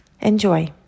Enjoy